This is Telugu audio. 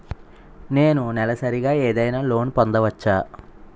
నేను నెలసరిగా ఏదైనా లోన్ పొందవచ్చా?